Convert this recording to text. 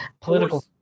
political